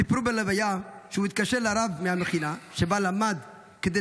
סיפרו בלוויה שהוא התקשר לרב מהמכינה שבה למד כדי